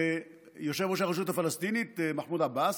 יושב-ראש הרשות הפלסטינית מחמוד עבאס,